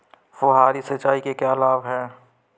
फुहारी सिंचाई के क्या लाभ हैं?